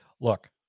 Look